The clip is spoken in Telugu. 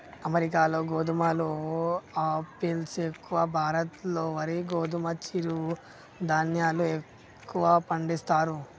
అమెరికాలో గోధుమలు ఆపిల్స్ ఎక్కువ, భారత్ లో వరి గోధుమ చిరు ధాన్యాలు ఎక్కువ పండిస్తారు